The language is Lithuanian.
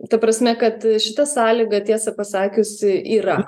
ta prasme kad šita sąlyga tiesą pasakius i yra